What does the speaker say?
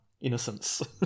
innocence